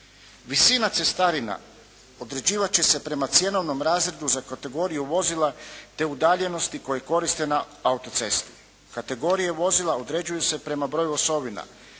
Visina cestarina određivat će se prema cjenovnom razredu za kategoriju vozila te udaljenosti koje koriste na autocesti. Kategorije vozila određuju se prema broju osovina,